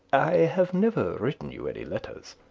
i have never written you any letters.